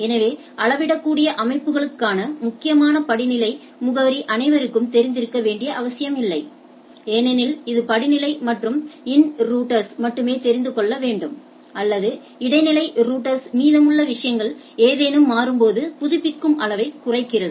எனவே அளவிடக்கூடிய அமைப்புகளுக்கான முக்கியமான படிநிலை முகவரி அனைவருக்கும் தெரிந்திருக்க வேண்டிய அவசியமில்லை ஏனெனில் இது படிநிலை மற்றும் இன் ரௌட்டர்ஸ் மட்டுமே தெரிந்து கொள்ள வேண்டும் அல்லது இடைநிலை ரௌட்டர்ஸ் மீதமுள்ள விஷயங்கள் ஏதேனும் மாறும்போது புதுப்பிக்கும் அளவைக் குறைக்கின்றன